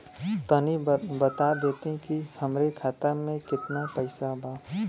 तनि बता देती की हमरे खाता में कितना पैसा बा?